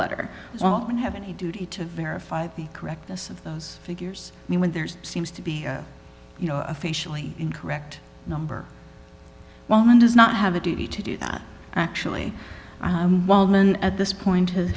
letter would have any duty to verify the correctness of those figures mean when there's seems to be you know officially incorrect number one woman does not have a duty to do that actually wildman at this point has